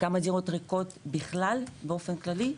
כמה דירות ריקות בכלל באופן כללי?